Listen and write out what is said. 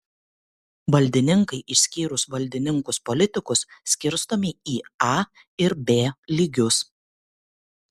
valdininkai išskyrus valdininkus politikus skirstomi į a ir b lygius